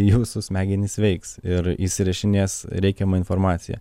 jūsų smegenys veiks ir įsirašinės reikiamą informaciją